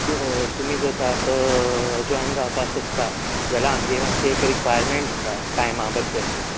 तूं तुमी जर आतां जोइन जावपा सोदता जाल्या आमगे मात्शी एक रिक्वारमेन्ट आसा टाइमा बदल